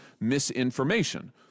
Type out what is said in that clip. misinformation